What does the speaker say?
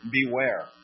beware